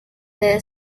their